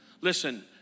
Listen